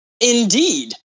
Indeed